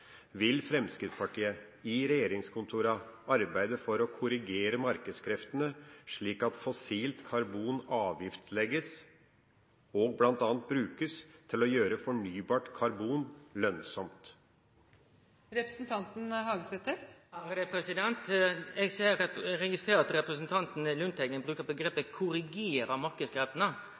Vil Fremskrittspartiet i regjeringskontorene arbeide for å korrigere markedskreftene slik at fossilt karbon avgiftsbelegges og bl.a. brukes til å gjøre fornybart karbon lønnsomt? Eg registrerer at representanten